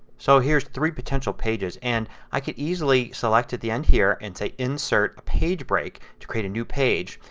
so here is three potential pages and i can easily select at the end here and insert a page break to create a new page.